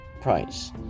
price